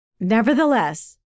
Nevertheless